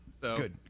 Good